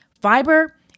fiber